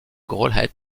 graulhet